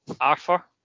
arthur